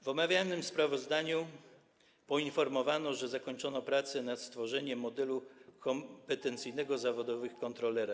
W omawianym sprawozdaniu poinformowano, że zakończono pracę nad stworzeniem modelu kompetencyjnego zawodowych kontrolera.